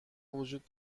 وجود